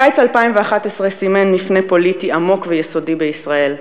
קיץ 2011 סימן מפנה פוליטי עמוק ויסודי בישראל,